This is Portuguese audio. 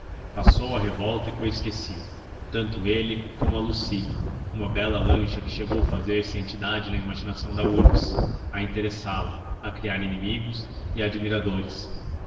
passou a revolta e foi esquecido tanto ele como a luci uma bela lancha que chegou fazer-se entidade na imaginação da urbs a interessá la a criar inimigos e admiradores